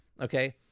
okay